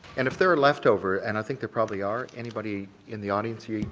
and if there are leftover, and i think there probably are, anybody in the audience here,